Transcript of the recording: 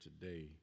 today